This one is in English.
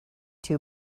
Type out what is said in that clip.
two